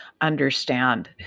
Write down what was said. understand